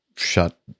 shut